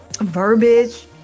verbiage